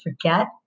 forget